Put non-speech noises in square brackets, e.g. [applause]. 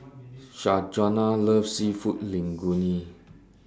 [unintelligible] loves Seafood Linguine